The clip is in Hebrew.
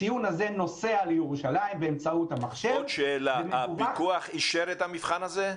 הציון הזה נוסע לירושלים באמצעות המחשב --- הפיקוח אישר את המבחן הזה?